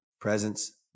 Presence